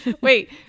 wait